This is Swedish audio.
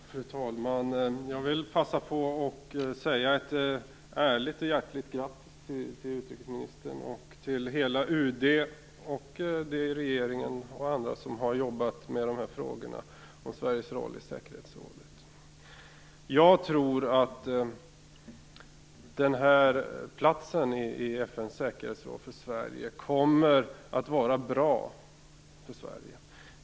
Fru talman! Jag vill passa på att säga ett ärligt och hjärtligt grattis till utrikesministern och hela UD och de i regeringen och andra som har arbetat med frågorna om Sveriges roll i säkerhetsrådet. Jag tror att Sveriges plats i säkerhetsrådet kommer att vara bra för Sverige.